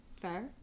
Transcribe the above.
Fair